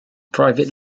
private